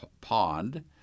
pond